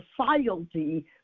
society